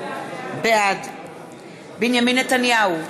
בעד בנימין נתניהו,